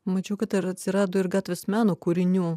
mačiau kad ir atsirado ir gatvės meno kūrinių